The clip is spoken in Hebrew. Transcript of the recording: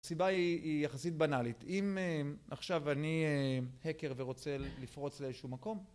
הסיבה היא יחסית בנאלית, אם עכשיו אני האקר ורוצה לפרוץ לאיזשהו מקום